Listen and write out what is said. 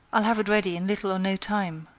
i'll have it ready in little or no time,